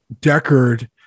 Deckard